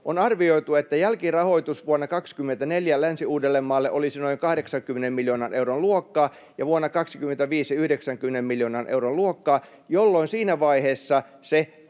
on arvioitu, että jälkirahoitus vuonna 24 Länsi-Uudellemaalle olisi noin 80 miljoonan euron luokkaa ja vuonna 25 se olisi 90 miljoonan euron luokkaa. Siinä vaiheessa se